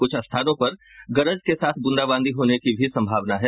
कुछ स्थानों पर गरज के साथ ब्रंदाबांदी होने की भी संभावना है